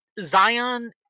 Zion